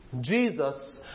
Jesus